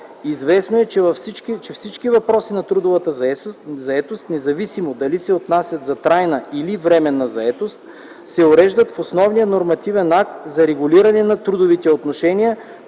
Известно е, че всички въпроси на трудовата заетост, независимо дали се отнасят за трайна или временна заетост, се уреждат в основния нормативен акт за регулиране на трудовите отношения